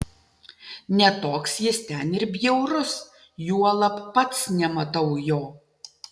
ne toks jis ten ir bjaurus juolab pats nematau jo